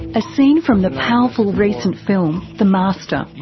a scene from the powerful recent film the master.